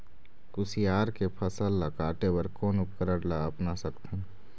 कुसियार के फसल ला काटे बर कोन उपकरण ला अपना सकथन?